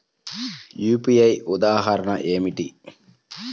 UPI ఉదాహరణ ఏమిటి?